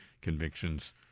convictions